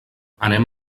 anem